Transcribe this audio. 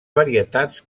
varietats